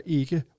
ikke